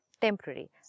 Temporary